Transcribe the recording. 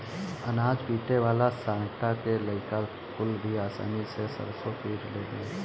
अनाज पीटे वाला सांटा से लईका कुल भी आसानी से सरसों पीट देलन